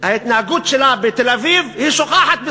את ההתנהגות שלה בתל-אביב היא שוכחת בסח'נין.